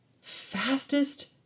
fastest